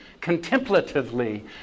contemplatively